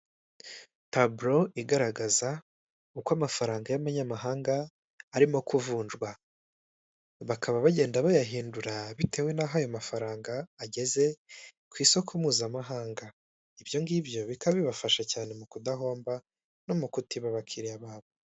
Taburo igaragaza uko amafaranga y'amanyamahanga arimo kuvunjwa, bakaba bagenda bayahindura bitewe n'aho ayo mafaranga ageze ku isoko mpuzamahanga, ibyo ngibyo bikaba bibafasha cyane mu kudahomba no mu kutiba abakiliriya babo.